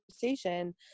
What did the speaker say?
conversation